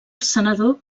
senador